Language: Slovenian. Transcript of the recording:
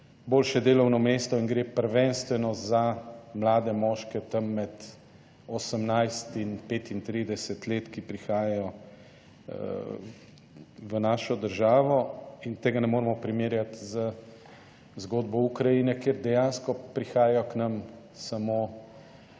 boljše delovno mesto in gre prvenstveno za mlade moške tam med osemnajst in petintrideset let, ki prihajajo v našo državo in tega ne moremo primerjati z zgodbo Ukrajine, kjer prihajajo k nam samo